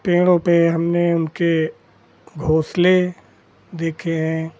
पेड़ों पर हमने उनके घोंसले देखे हैं